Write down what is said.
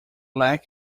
lack